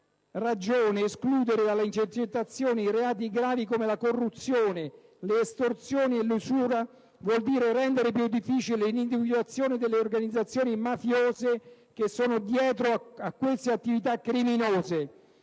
quarta: «Escludere dalle intercettazioni reati gravi come la corruzione, le estorsioni e l'usura, vuol dire rendere più difficile l'individuazione delle organizzazioni mafiose che sono dietro a queste attività criminose».